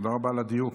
תודה רבה על הדיוק.